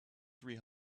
three